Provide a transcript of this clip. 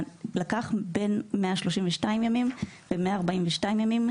לקח בין 132 ימים ל-142 ימים,